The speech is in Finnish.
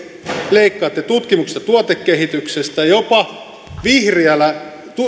leikkaatte tutkimuksesta ja tuotekehityksestä jopa